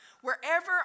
wherever